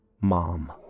Mom